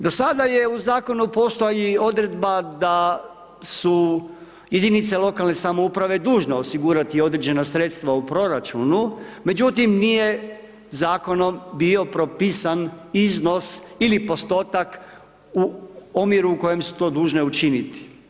Do sada je u zakonu postojala i odredba da su jedinice lokalne samouprave dužne osigurati određena sredstva u proračunu međutim nije zakonom bio propisan iznos ili postotak u omjeru u kojem su to dužne učiniti.